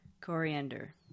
Coriander